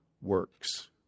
works